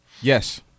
Yes